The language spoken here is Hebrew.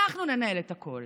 אנחנו ננהל את הכול.